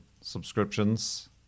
subscriptions